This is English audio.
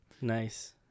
Nice